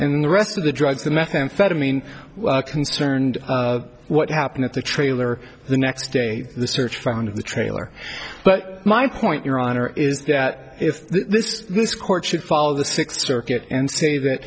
and the rest of the drugs the methamphetamine concerned what happened at the trailer the next day the search found in the trailer but my point your honor is that if this this court should follow the sixth circuit and say that